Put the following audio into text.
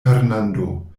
fernando